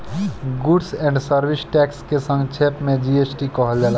goods and service tax के संक्षेप में जी.एस.टी कहल जाला